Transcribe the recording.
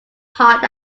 hard